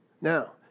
Now